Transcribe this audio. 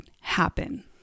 happen